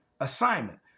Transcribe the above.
assignment